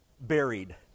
buried